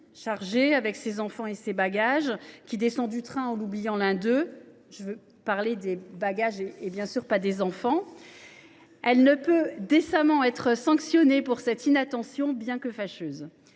chargée de ses enfants et de ses bagages, qui descend du train en oubliant l’un d’eux – je parle des bagages et non, bien sûr, des enfants ! Elle ne peut décemment pas être sanctionnée pour cette inattention, bien que fâcheuse.